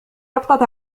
ربطة